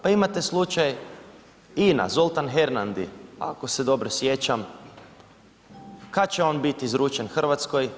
Pa imate slučaj INA, Zoltan Hernandi ako se dobro sjećam, kad će on biti izručen RH?